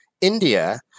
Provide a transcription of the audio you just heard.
India